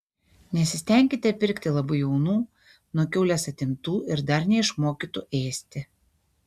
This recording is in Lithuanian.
nesistenkite pirkti labai jaunų nuo kiaulės atimtų ir dar neišmokytų ėsti